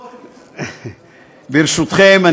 ברשותכם,